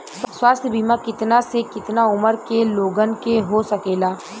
स्वास्थ्य बीमा कितना से कितना उमर के लोगन के हो सकेला?